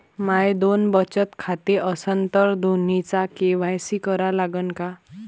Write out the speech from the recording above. माये दोन बचत खाते असन तर दोन्हीचा के.वाय.सी करा लागन का?